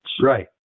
Right